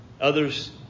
Others